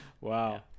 Wow